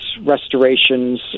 restorations